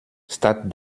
statt